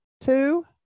Two